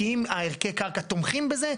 כי אם ערכי הקרקע תומכים בזה,